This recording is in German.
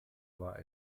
war